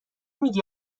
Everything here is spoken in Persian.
میگی